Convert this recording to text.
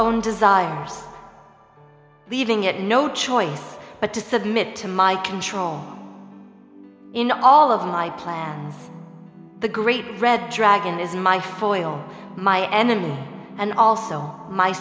own desires leaving it no choice but to submit to my control in all of my plans the great red dragon is my for oil my enemy and also my